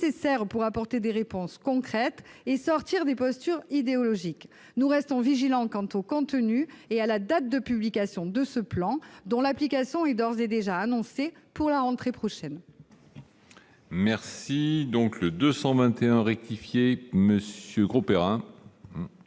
pour apporter des réponses concrètes et sortir des postures idéologiques. Nous restons vigilants quant au contenu et à la date de publication de ce plan, dont l'application est d'ores et déjà annoncée pour la rentrée prochaine. L'amendement n° 221 rectifié, présenté